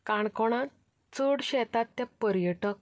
काणकोणांत चडशे येतात ते पर्यटक